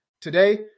Today